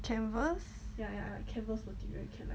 canvas